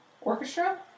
orchestra